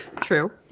True